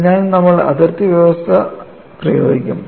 അതിനാൽ നമ്മൾ അതിർത്തി വ്യവസ്ഥ പ്രയോഗിക്കും